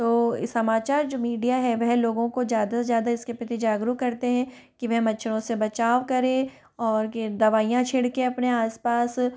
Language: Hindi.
तो समाचार जो मीडिया है वह लोगों को ज़्यादा से ज़्यादा इसके प्रति जागरूक करते हैं कि वह मच्छरों से बचाव करें और दवाइयाँ छिड़के अपने आस पास